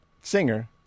singer